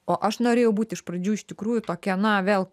o aš norėjau būti iš pradžių iš tikrųjų tokia na vėl